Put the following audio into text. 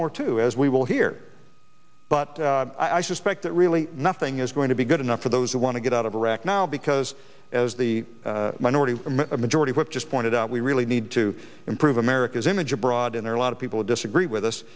more to do as we will here but i suspect that really nothing is going to be good enough for those who want to get out of iraq now because as the minority a majority whip just pointed out we really need to improve america's image abroad in there are a lot of people who disagree with us